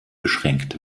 beschränkt